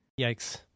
Yikes